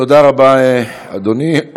תודה רבה, אדוני.